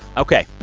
ok.